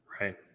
Right